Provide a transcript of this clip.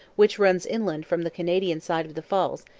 which runs inland from the canadian side of the falls,